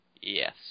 Yes